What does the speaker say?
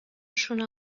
شونه